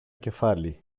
κεφάλι